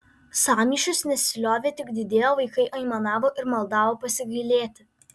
sąmyšis nesiliovė tik didėjo vaikai aimanavo ir maldavo pasigailėti